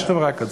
יש חברה כזאת.